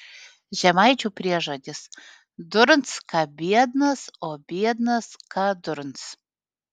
žemaičių priežodis durns ką biednas o biednas ką durns